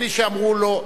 בלי שאמרו לו,